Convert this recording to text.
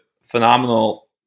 phenomenal